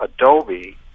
Adobe